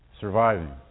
surviving